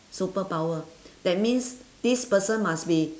superpower that means this person must be